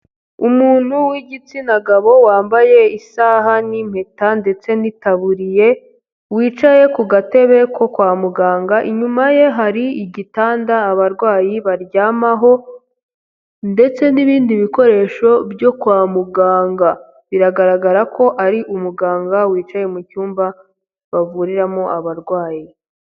Umuntu w'igitsina gabo wambaye isaha n'impeta ndetse n'itaburiye, wicaye ku gatebe ko kwa muganga, inyuma ye hari igitanda abarwayi baryamaho ndetse n'ibindi bikoresho byo kwa muganga, biragaragara ko ari umuganga wicaye mu cyumba bavuriramo abarwayi.